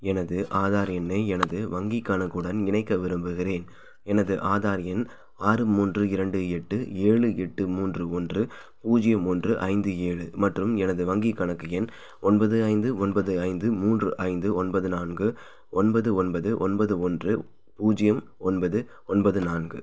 எனது ஆதார் எண்ணை எனது வங்கிக் கணக்குடன் இணைக்க விரும்புகிறேன் எனது ஆதார் எண் ஆறு மூன்று இரண்டு எட்டு ஏழு எட்டு மூன்று ஒன்று பூஜ்ஜியம் ஒன்று ஐந்து ஏழு மற்றும் எனது வங்கிக் கணக்கு எண் ஒன்பது ஐந்து ஒன்பது ஐந்து மூன்று ஐந்து ஒன்பது நான்கு ஒன்பது ஒன்பது ஒன்பது ஒன்று பூஜ்ஜியம் ஒன்பது ஒன்பது நான்கு